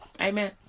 Amen